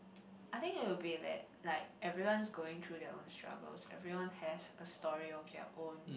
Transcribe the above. I think it will be like like everyone's going through their own struggles everyone has a story of their own